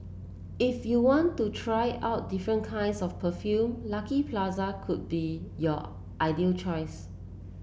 if you want to try out different kinds of perfume Lucky Plaza could be your ideal choice